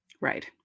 Right